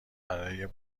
برای